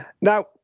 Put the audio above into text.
now